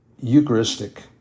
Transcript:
Eucharistic